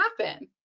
happen